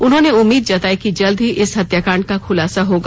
उन्होंने उम्मीद जताई कि जल्द ही इस हत्याकांड का खुलासा होगा